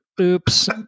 Oops